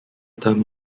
term